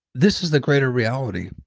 this is the greater reality.